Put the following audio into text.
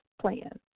plan